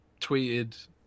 tweeted